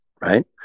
Right